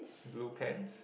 blue pants